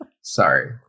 Sorry